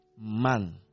man